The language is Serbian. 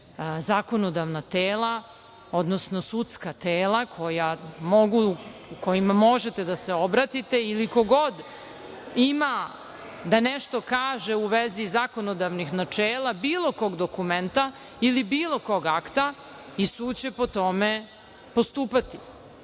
zakonodavna tela, odnosno sudska tela u kojima možete da se obratite ili ko god ima da nešto kaže u vezi zakonodavnih načela bilo kog dokumenta ili bilo kog akta i sud će po tome postupati. Znači,